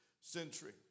century